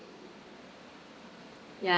ya